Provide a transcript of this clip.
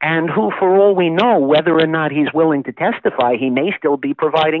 and who for all we know whether or not he's willing to testify he may still be providing